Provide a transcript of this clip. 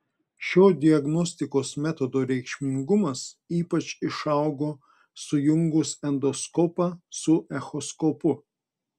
šio diagnostikos metodo reikšmingumas ypač išaugo sujungus endoskopą su echoskopu